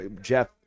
jeff